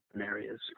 areas